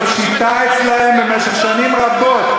כי זאת שיטה אצלם במשך שנים רבות,